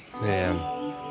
Man